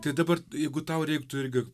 tai dabar jeigu tau reiktų irgi